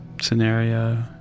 scenario